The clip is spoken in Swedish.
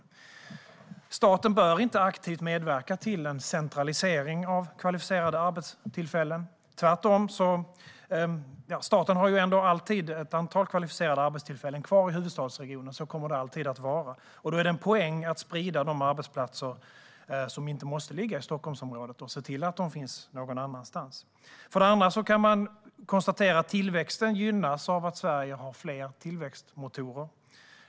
För det första bör staten inte aktivt medverka till en centralisering av kvalificerade arbetstillfällen. Staten har ju ändå alltid ett antal kvalificerade arbetstillfällen kvar i huvudstadsregionen, och så kommer det alltid att vara. Då är det en poäng att sprida de arbetsplatser som inte måste ligga i Stockholmsområdet och se till att de finns någon annanstans. För det andra gynnas tillväxten av att Sverige har fler tillväxtmotorer.